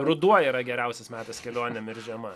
ruduo yra geriausias metas kelionėm ir žiema